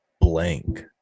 blank